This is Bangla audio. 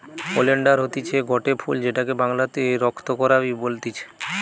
ওলেন্ডার হতিছে গটে ফুল যেটাকে বাংলাতে রক্ত করাবি বলতিছে